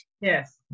Yes